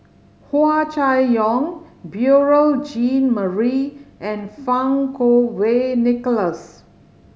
Hua Chai Yong Beurel Jean Marie and Fang Kuo Wei Nicholas